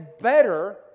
better